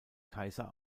kaiser